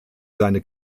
seine